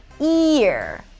Ear